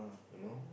you know